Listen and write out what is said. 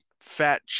fat